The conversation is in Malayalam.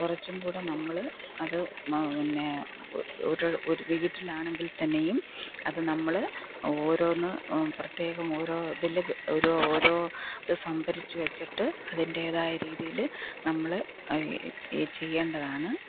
കുറച്ചുംകൂടെ നമ്മള് അത് ന്നെ ഒരു വീട്ടില് ആണെങ്കിൽ തന്നെയും അത് നമ്മള് ഓരോന്ന് പ്രത്യേകം ഓരോ ഇതിൽ ഓരോ ഓരോ സംഭരിച്ചു വെച്ചിട്ട് അതിൻ്റേതായ രീതിയില് നമ്മള് ചെയ്യേണ്ടതാണ്